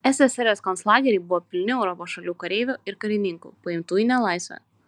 ssrs konclageriai buvo pilni europos šalių kareivių ir karininkų paimtų į nelaisvę